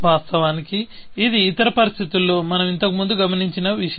వాస్తవానికి ఇది ఇతర పరిస్థితుల్లో మనం ఇంతకు ముందు గమనించిన విషయం